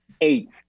Eight